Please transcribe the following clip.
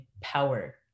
power